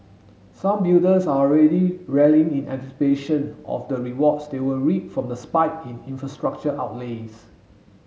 some builders are already rallying in anticipation of the rewards they will reap from the spike in infrastructure outlays